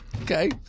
Okay